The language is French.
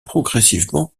progressivement